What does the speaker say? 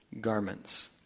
garments